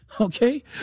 Okay